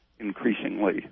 increasingly